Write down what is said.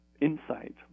insight